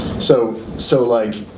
so so like.